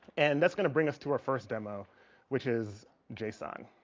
and that's gonna bring us to our first demo which is json